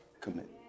commit